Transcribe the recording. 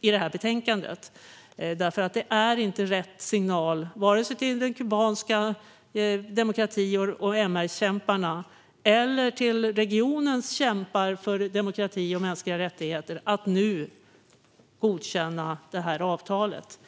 i betänkandet. Det är inte rätt signal till vare sig de kubanska demokrati och MR-kämparna eller regionens kämpar för demokrati och mänskliga rättigheter att nu godkänna avtalet.